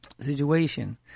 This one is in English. situation